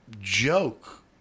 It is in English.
joke